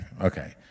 okay